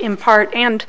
in part and